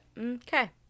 okay